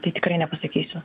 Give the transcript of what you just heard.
tai tikrai nepasakysiu